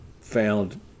found